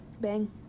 bang